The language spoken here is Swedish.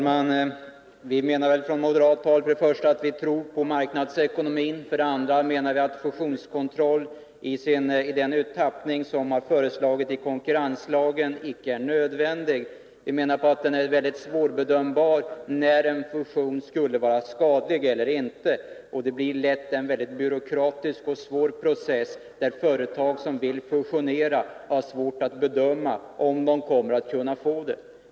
Fru talman! Vi anför från moderat håll för det första att vi tror på marknadsekonomin, för det andra att fusionskontroll i den tappning som har föreslagits i konkurrenslagen icke är nödvändig. Vi menar att det är mycket svårt att bedöma när en fusion skulle vara skadlig eller inte. Det blir lätt en mycket byråkratisk och svår process, där företag som vill fusionera har svårt att bedöma om de kommer att kunna få göra det.